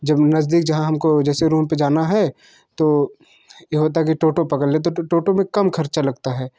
जब नज़दीक जहाँ हम को जैसे रूम पर जाना है तो ये होता है कि टोटो पकड़ लेते तो टोटो में कम ख़र्च लगता है